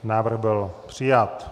Návrh byl přijat.